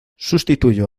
sustituyó